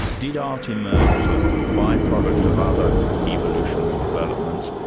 did art emerge as a by-product of other evolutionary developments,